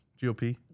GOP